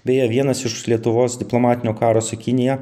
beje vienas iš lietuvos diplomatinio karo su kinija